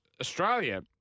Australia